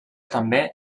també